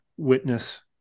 witness